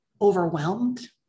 overwhelmed